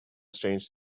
strange